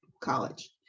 college